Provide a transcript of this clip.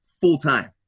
full-time